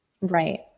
Right